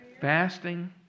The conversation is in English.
Fasting